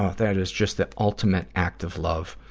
ah that is just the ultimate act of love!